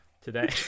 Today